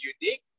unique